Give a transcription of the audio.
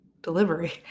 Delivery